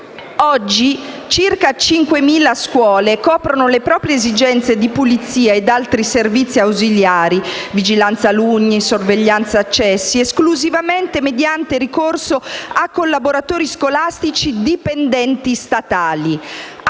Oggi, circa 5.000 scuole coprono le proprie esigenze di pulizia e altri servizi ausiliari, come la vigilanza degli alunni o la sorveglianza degli accessi, esclusivamente mediante ricorso a collaboratori scolastici dipendenti statali.